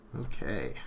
Okay